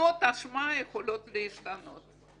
תמונות אשמה יכולות להשתנות.